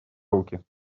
руки